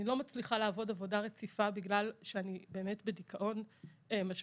אני לא מצליחה לעבוד בעבודה רציפה בגלל שאני בדיכאון משמעותי.